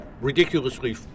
ridiculously